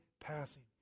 passing